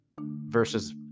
versus